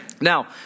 Now